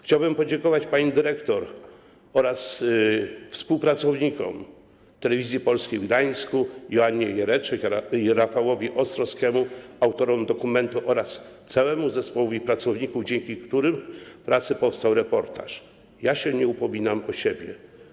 Chciałbym podziękować pani dyrektor oraz współpracownikom Telewizji Polskiej w Gdańsku, Joannie Jereczek i Rafałowi Ostrowskiemu - autorom dokumentu oraz całemu zespołowi pracowników, dzięki których pracy powstał reportaż „Ja się nie upominam o siebie”